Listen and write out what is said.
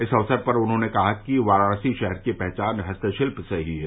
इस अवसर पर उन्होंने कहा कि वाराणसी शहर की पहचान हस्तशिल्प से ही है